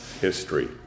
history